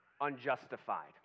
unjustified